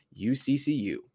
UCCU